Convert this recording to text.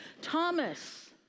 Thomas